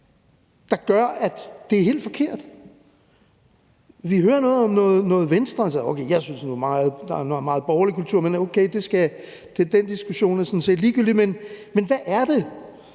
der gør, at det er helt forkert? Vi hører noget om noget med, at det er venstreorienteret. Jeg synes nu, der er meget borgerlig kultur, men okay, den diskussion er sådan set ligegyldig, men hvad er det?